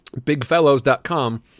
bigfellows.com